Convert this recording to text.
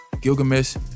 Gilgamesh